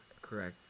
correct